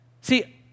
See